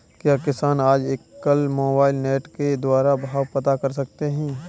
क्या किसान आज कल मोबाइल नेट के द्वारा भाव पता कर सकते हैं?